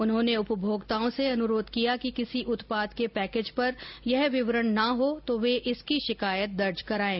उन्होंने उपभोक्ताओं से अनुरोध किया कि किसी उत्पाद के पैकेज पर यह विवरण ना हो तो वे इसकी शिकायत दर्ज कराएं